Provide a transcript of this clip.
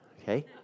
Okay